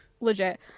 legit